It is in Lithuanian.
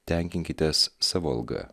tenkinkitės savo alga